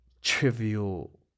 trivial